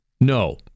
no